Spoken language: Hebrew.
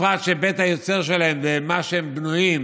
בפרט שבית היוצר שלהם ואיך שהם בנויים